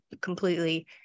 completely